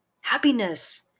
happiness